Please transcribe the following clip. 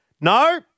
No